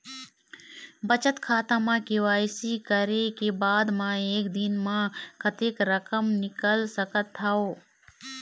बचत खाता म के.वाई.सी करे के बाद म एक दिन म कतेक रकम निकाल सकत हव?